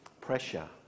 pressure